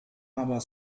aber